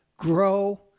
grow